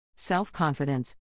self-confidence